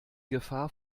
gefahr